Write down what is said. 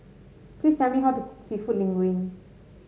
please tell me how to cook seafood Linguine